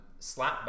slapback